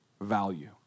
value